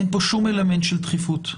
אין פה שום אלמנט של דחיפות,